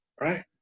Right